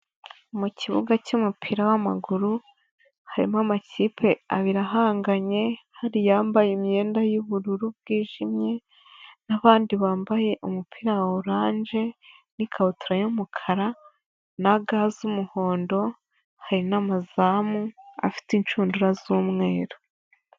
Mu kibuga cy'umupira w'amaguru harimo amakipe abiri ahanganye hari iyambaye imyenda y'ubururu bwijimye n'abandi bambaye umupira wa oranje n'ikabutura y'umukara na ga z'umuhondo hari n'amazamu afite inshundura z'umweru.